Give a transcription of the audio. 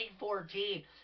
14